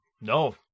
No